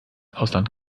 ausland